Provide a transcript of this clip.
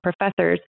professors